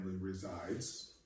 resides